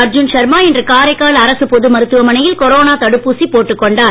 அர்ஜுன் சர்மா இன்று காரைக்கால் அரசு பொது மருத்துவமனையில் கொரோனா தடுப்பூசி போட்டுக் கொண்டார்